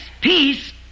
peace